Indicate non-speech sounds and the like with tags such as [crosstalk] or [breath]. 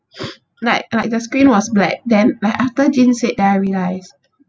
[breath] like like the screen was black then like after jean said then I realised